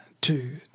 two